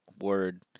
word